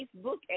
Facebook